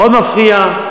אתה עוד מפריע.